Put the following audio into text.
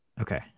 Okay